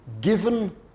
given